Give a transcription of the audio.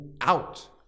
out